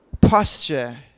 posture